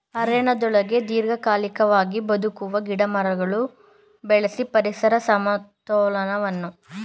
ಅರಣ್ಯದೊಳಗೆ ದೀರ್ಘಕಾಲಿಕವಾಗಿ ಬದುಕುವ ಗಿಡಮರಗಳು ಬೆಳೆಸಿ ಪರಿಸರ ಸಮತೋಲನವನ್ನು ಕಾಪಾಡುವುದು ಫಾರೆಸ್ಟ್ ಗಾರ್ಡನಿಂಗ್